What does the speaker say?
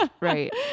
right